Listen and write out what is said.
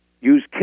use